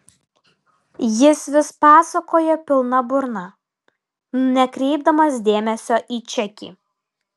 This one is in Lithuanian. jis vis pasakojo pilna burna nekreipdamas dėmesio į čekį